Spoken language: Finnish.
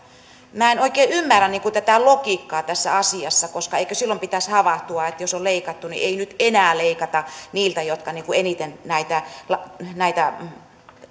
minä en oikein ymmärrä tätä logiikkaa tässä asiassa koska eikö silloin pitäisi havahtua jos on leikattu että ei nyt enää leikata niiltä jotka eniten näitä